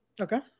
Okay